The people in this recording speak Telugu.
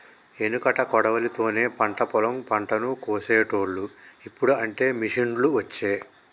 ఎనుకట కొడవలి తోనే పంట పొలం పంటను కోశేటోళ్లు, ఇప్పుడు అంటే మిషిండ్లు వచ్చే